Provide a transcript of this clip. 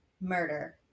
murder